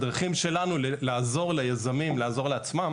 הדרכים שלנו לעזור ליזמים לעזור לעצמם